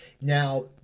Now